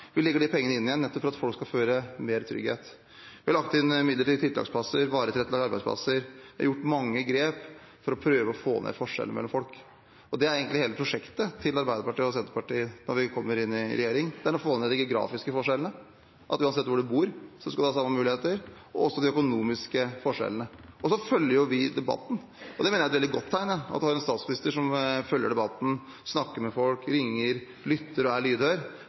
Vi legger de pengene inn igjen, nettopp for at folk skal føle mer trygghet. Vi har lagt inn midler til tiltaksplasser, varig tilrettelagte arbeidsplasser. Vi har gjort mange grep for å prøve å få ned forskjellene mellom folk. Det er egentlig hele prosjektet til Arbeiderpartiet og Senterpartiet når vi kommer inn i regjering: å få ned de geografiske forskjellene – at en skal ha samme muligheter uansett hvor en bor – og også de økonomiske forskjellene. Vi følger jo debatten. Det mener jeg er et veldig godt tegn, at vi har en statsminister som følger debatten, snakker med folk, ringer, lytter og er lydhør.